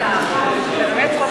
שר החינוך עכשיו.